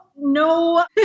No